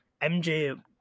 MJ